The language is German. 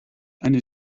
eine